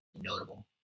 notable